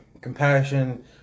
compassion